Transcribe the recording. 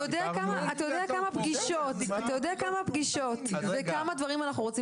אתה יודע כמה פגישות וכמה דברים אנחנו רוצים